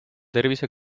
tervise